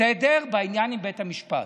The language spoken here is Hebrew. סדר בעניין בית המשפט,